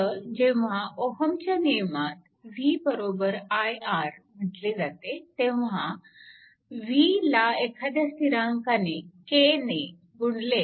जेव्हा ओहमच्या नियमात Ohm's law v i R म्हटले जाते तेव्हा v ला एखाद्या स्थिरांकाने K ने गुणले तर